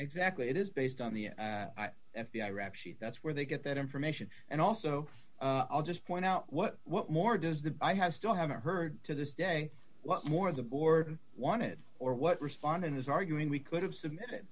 exactly it is based on the f b i rap sheet that's where they get that information and also i'll just point out what what more does that i have still haven't heard to this day what more the board wanted or what respondent is arguing we could have submitted